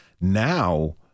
now